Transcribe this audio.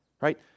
right